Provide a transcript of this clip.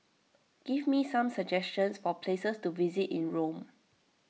give me some suggestions for places to visit in Rome